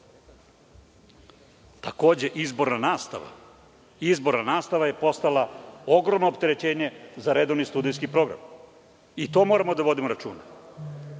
nastava. Izborna nastava je postala ogromno opterećenje za redovni studentski program. I to moramo da vodimo računa. Dalje,